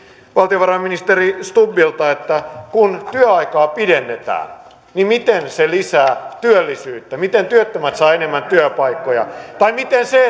valtiovarainministeri stubbilta että kun työaikaa pidennetään niin miten se lisää työllisyyttä miten työttömät saavat enemmän työpaikkoja tai miten se